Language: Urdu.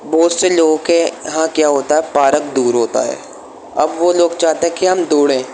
بہت سے لوگوں کے یہاں کیا ہوتا ہے پارک دور ہوتا ہے اب وہ لوگ چاہتے ہیں کہ ہم دوڑیں